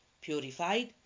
purified